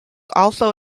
also